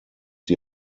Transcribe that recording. die